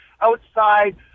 outside